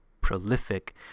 prolific